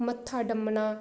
ਮੱਥਾ ਡੰਮਣਾ